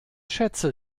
schätze